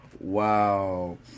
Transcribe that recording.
Wow